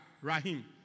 Rahim